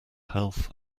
health